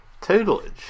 tutelage